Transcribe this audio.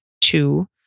two